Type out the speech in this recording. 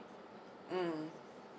mm